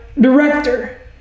director